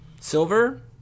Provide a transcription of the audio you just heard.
Silver